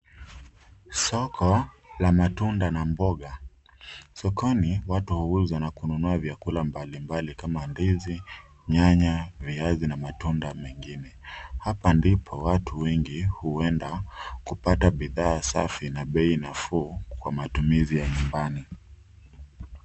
Soko la matunda na mboga. Sokoni watu huuza na kununua vyakula mbali mbali kama ndizi, nyanya, viazi na matunda mengine. Hapa ndipo watu wengi huenda kupata bidhaa safi na bei nafuu kwa matumizi ya nyumbani.